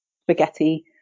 spaghetti